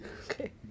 Okay